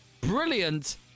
brilliant